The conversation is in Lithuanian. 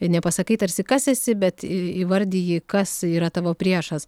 nepasakai tarsi kas esi bet į įvardiji kas yra tavo priešas